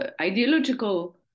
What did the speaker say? ideological